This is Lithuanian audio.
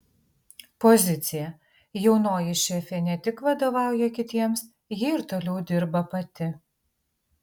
pozicija jaunoji šefė ne tik vadovauja kitiems ji ir toliau dirba pati